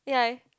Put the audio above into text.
ya